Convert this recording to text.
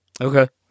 Okay